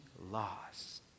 lost